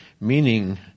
meaning